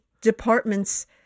departments